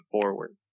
forward